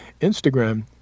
instagram